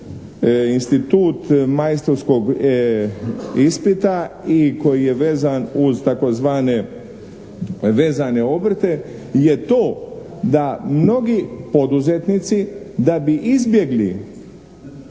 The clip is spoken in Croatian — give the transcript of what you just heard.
institut majstorskog ispita i koji je vezan uz tzv. vezane obrte je to da mnogi poduzetnici da bi izbjegli